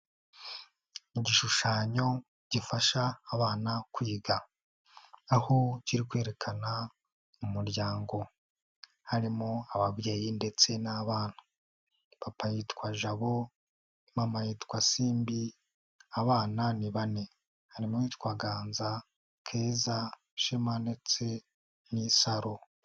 Igishushanyo gifasha abana kwiga. Aho kiri kwerekana umuryango. Harimo ababyeyi ndetse n'abana. Papa yitwa Jabo, mama yitwa Simbi, abana ni bane. Harimo uwitwa Ganza, Keza, Shema ndetse n'Isaro.